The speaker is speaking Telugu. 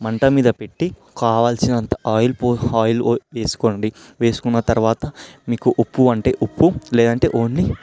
మంట మీద పెట్టి కావాల్సినంత ఆయిల్ పోసి ఆయిల్ వేసుకోండి వేసుకున్న తరువాత మీకు ఉప్పు అంటే ఉప్పు లేదంటే ఓన్లీ